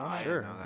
sure